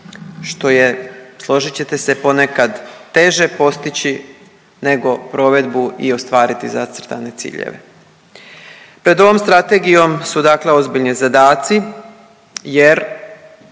što je složit ćete se ponekad teže postići nego provedbu i ostvariti zacrtane ciljeve. Pred ovom strategijom su ozbiljni zadaci jer